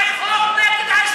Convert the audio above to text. זה חוק נגד האסלאם,